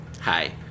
Hi